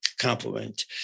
compliment